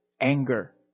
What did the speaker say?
anger